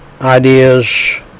ideas